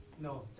No